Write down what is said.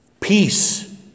Peace